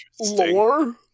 lore